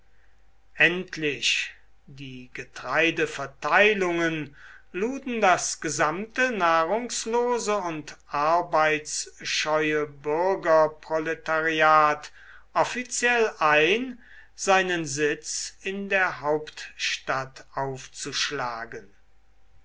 endlich die getreideverteilungen luden das gesamte nahrungslose und arbeitsscheue bürgerproletariat offiziell ein seinen sitz in der hauptstadt aufzuschlagen